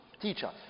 teacher